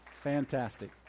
Fantastic